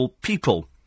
People